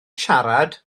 siarad